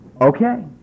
Okay